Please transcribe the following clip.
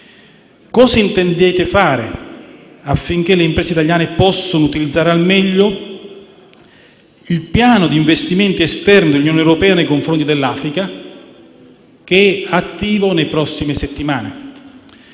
cosa intendete fare affinché le imprese italiane possano utilizzare al meglio il piano di investimenti esterno dell'Unione europea nei confronti dell'Africa, attivo nelle prossime settimane?